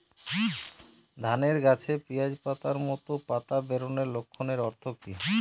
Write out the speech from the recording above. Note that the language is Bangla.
ধানের গাছে পিয়াজ পাতার মতো পাতা বেরোনোর লক্ষণের অর্থ কী?